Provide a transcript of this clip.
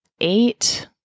eight